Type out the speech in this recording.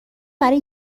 برای